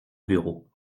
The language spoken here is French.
bureau